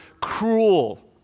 cruel